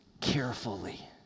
carefully